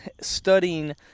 studying